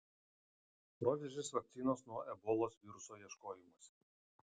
proveržis vakcinos nuo ebolos viruso ieškojimuose